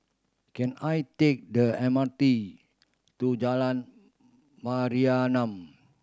can I take the M R T to Jalan Mayaanam